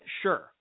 sure